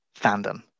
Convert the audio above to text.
fandom